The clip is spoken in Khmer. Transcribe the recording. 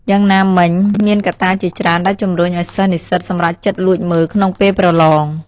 យ៉ាងណាមិញមានកត្តាជាច្រើនដែលជំរុញឱ្យសិស្សនិស្សិតសម្រេចចិត្តលួចមើលក្នុងពេលប្រឡង។